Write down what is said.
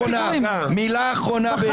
מילה אחרונה באמת.